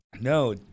No